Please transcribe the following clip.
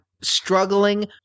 struggling